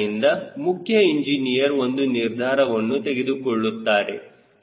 ಆದ್ದರಿಂದ ಮುಖ್ಯ ಇಂಜಿನಿಯರ್ ಒಂದು ನಿರ್ಧಾರವನ್ನು ತೆಗೆದುಕೊಳ್ಳುತ್ತಾರೆ